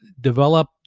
develop